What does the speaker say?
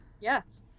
Yes